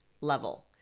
level